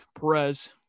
Perez